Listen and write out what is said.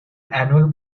annual